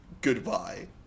goodbye